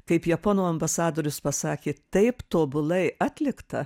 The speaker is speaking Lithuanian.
kaip japonų ambasadorius pasakė taip tobulai atlikta